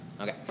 Okay